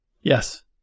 Yes